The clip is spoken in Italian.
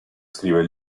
scrivere